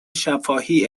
شفاهی